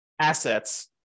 assets